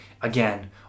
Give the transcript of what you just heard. again